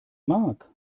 mark